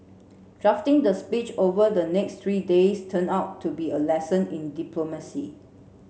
drafting the speech over the next three days turned out to be a lesson in diplomacy